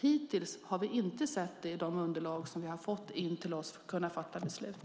Hittills har vi inte sett det i de underlag som vi har fått för att kunna fatta beslut.